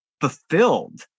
fulfilled